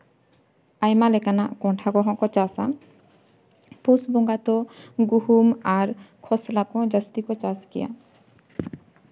ᱟᱭᱢᱟ ᱞᱮᱠᱟᱱᱟᱜ ᱠᱚᱸᱰᱷᱟ ᱠᱚᱦᱚᱸ ᱠᱚ ᱪᱟᱥᱼᱟ ᱯᱩᱥ ᱵᱚᱸᱜᱟ ᱫᱚ ᱜᱩᱦᱩᱢ ᱟᱨ ᱠᱷᱚᱥᱞᱟ ᱠᱚᱦᱚᱸ ᱡᱟᱹᱥᱛᱤ ᱠᱚ ᱪᱟᱥ ᱜᱮᱭᱟ